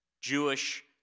Jewish